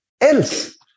else